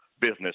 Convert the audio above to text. business